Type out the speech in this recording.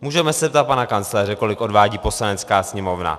Můžeme se zeptat pana kancléře, kolik odvádí Poslanecká sněmovna.